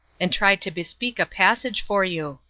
and try to bespeak a passage for you.